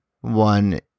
one